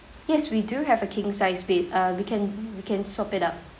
yes we do have a king sized bed uh we can we can swap it up